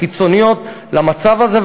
חיצוניות למצב הזה,